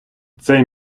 цей